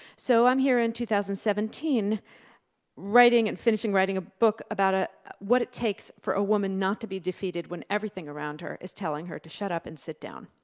so i'm here in two thousand and seventeen writing and finishing writing a book about a what it takes for a woman not to be defeated when everything around her is telling her to shut up and sit down.